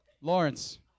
Lawrence